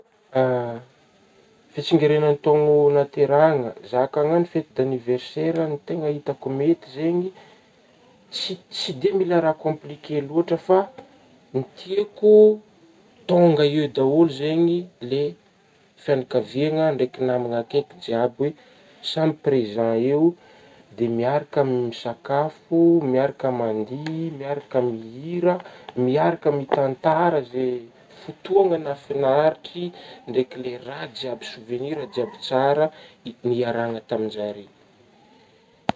Fitsingerenagny taogno nahatererahagna za ka anagno fety daniversera hita mety zegny tsy-tsy de mila raha complike lôtra fa ny tiako tônga eo daholo zegny le fianakaviagna ndraiky namagna akaiky jiaby hoe samy prezà eo dia miaraka misakafo miaraka mandihy miaraka mihira miaraka mitantara zay fotoagna mahafinaritry na ndraiky le raha jiaby sovenira jiaby tsara ni-niarahagna amin'zare.